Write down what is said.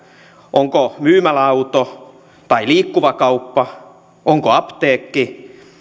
onko myymäläauto tai liikkuva kauppa onko apteekki